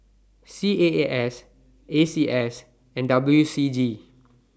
C A A S A C S and W C G